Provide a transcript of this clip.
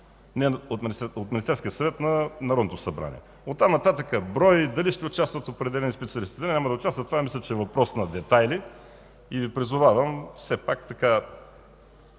от Министерския съвет на Народното събрание. От там нататък – брой, дали ще участват определени специалисти или не, това мисля, че е въпрос на детайли. Призовавам Ви съвсем